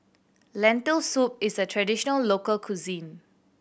Lentil Soup is a traditional local cuisine